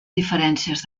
diferències